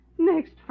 Next